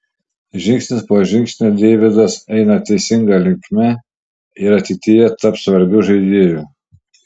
žingsnis po žingsnio deividas eina teisinga linkme ir ateityje taps svarbiu žaidėju